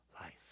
life